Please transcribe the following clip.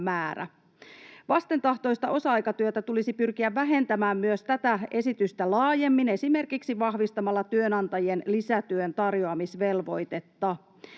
Vastentahtoista osa-aikatyötä tulisi pyrkiä vähentämään myös tätä esitystä laajemmin esimerkiksi vahvistamalla työnantajien lisätyön tarjoamisvelvoitetta.